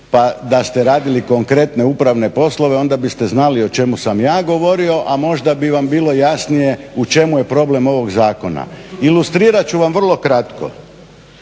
da ste radili konkretne upravne poslove, onda biste znali o čemu sam ja govorio, a možda bi vam bilo jasnije u čemu je problem ovog zakona. Ilustrirat ću vam vrlo kratko.